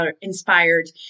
inspired